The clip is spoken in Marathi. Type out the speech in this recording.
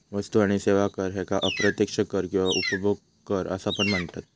वस्तू आणि सेवा कर ह्येका अप्रत्यक्ष कर किंवा उपभोग कर असा पण म्हनतत